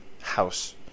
house